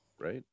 right